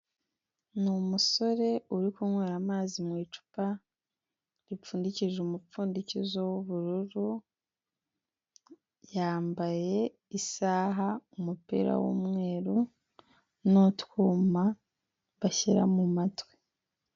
Ni umusore uri kuny amazi mu icupa ripfundikije umupfundikizo w'ubururu yambaye isaha umupira w'umweru, n'utwuma bashyira mu matwi.